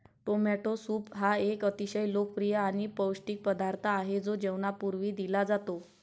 tomato soup हा एक अतिशय लोकप्रिय आणि पौष्टिक पदार्थ आहे जो जेवणापूर्वी दिला जातो